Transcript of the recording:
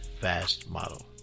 FastModel